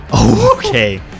Okay